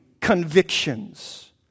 convictions